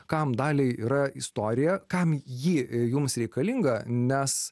kam daliai yra istorija kam ji jums reikalinga nes